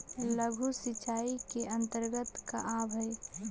लघु सिंचाई के अंतर्गत का आव हइ?